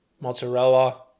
mozzarella